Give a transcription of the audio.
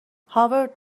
هاورد